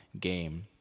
game